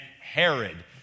Herod